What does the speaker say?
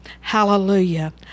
Hallelujah